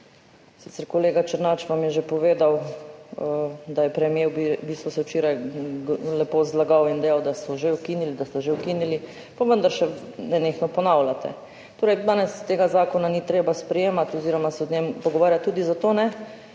je kolega Černač že povedal, da se je premier v bistvu včeraj lepo zlagal in dejal, da so že ukinili, da ste že ukinili, pa vendar še nenehno ponavljate. Torej, danes tega zakona ni treba sprejemati oziroma se o njem pogovarjati. Tudi zato ne,